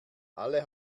alle